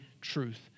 truth